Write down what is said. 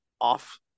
off